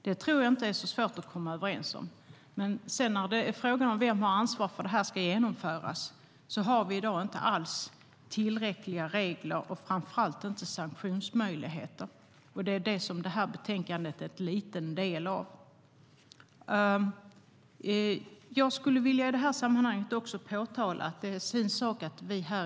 Det är inte så svårt att komma överens om, men när det sedan gäller frågan om vem som har ansvar för att detta ska genomföras har vi i dag inte tillräckliga regler och framför allt inte sanktionsmöjligheter. Det är detta som betänkandet är en liten del av.